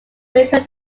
return